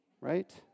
right